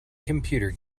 computer